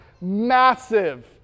massive